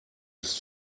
ist